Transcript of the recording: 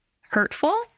hurtful